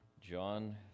John